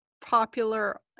popular